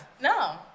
No